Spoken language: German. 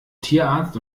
tierarzt